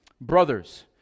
Brothers